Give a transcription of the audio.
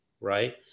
right